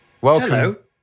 welcome